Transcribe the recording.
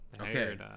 Okay